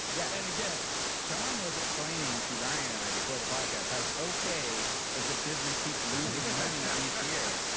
yeah. and again shawn was explaining to ryan and i before the podcast i was ok that the business keeps losing money each year.